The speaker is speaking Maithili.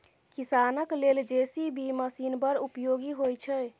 किसानक लेल जे.सी.बी मशीन बड़ उपयोगी होइ छै